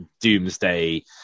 doomsday